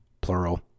plural